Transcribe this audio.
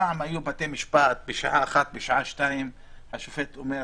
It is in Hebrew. פעם בתי המשפט בשעה 13:00, בשעה 14:00 השופט אומר: